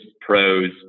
pros